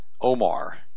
Omar